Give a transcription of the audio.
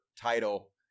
title